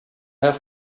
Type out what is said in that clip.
have